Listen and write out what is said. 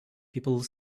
people